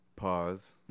pause